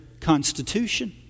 constitution